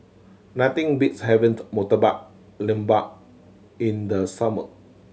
nothing beats having the Murtabak Lembu in the summer